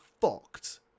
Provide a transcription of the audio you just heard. fucked